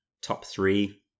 top-three